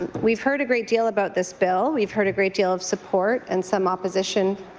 and we've heard a great deal about this bill. we've heard a great deal of support and some opposition